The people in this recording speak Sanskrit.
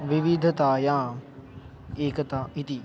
विविधतायाम् एकता इति